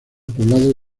poblado